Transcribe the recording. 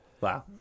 Wow